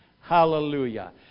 Hallelujah